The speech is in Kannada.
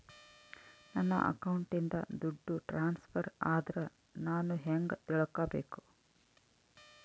ನನ್ನ ಅಕೌಂಟಿಂದ ದುಡ್ಡು ಟ್ರಾನ್ಸ್ಫರ್ ಆದ್ರ ನಾನು ಹೆಂಗ ತಿಳಕಬೇಕು?